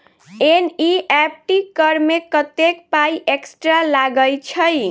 NEFT करऽ मे कत्तेक पाई एक्स्ट्रा लागई छई?